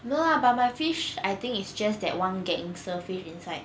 no lah but my fish I think it's just that one gangster fish inside